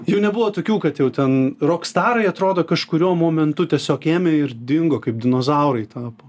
jų nebuvo tokių kad jau ten rokstarai atrodo kažkuriuo momentu tiesiog ėmė ir dingo kaip dinozaurai tapo